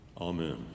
Amen